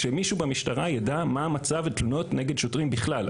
שמישהו במשטרה ידע מה מצב התלונות נגד שוטרים בכלל.